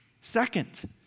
Second